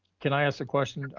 can i ask a question,